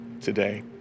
today